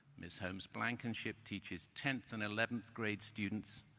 ms. holmes-blankenship teaches tenth and eleventh grade students,